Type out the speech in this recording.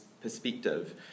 perspective